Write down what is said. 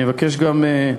אני מבקש גם,